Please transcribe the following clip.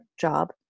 job